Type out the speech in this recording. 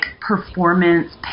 performance